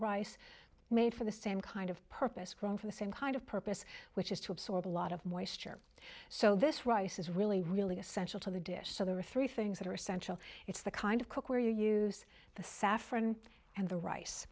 rice made for the same kind of purpose grown for the same kind of purpose which is to absorb a lot of moisture so this rice is really really essential to the dish so there are three things that are essential it's the kind of cookware you use the saffron and the rice